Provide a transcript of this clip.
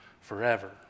forever